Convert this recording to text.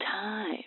time